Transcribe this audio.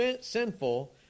sinful